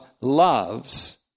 loves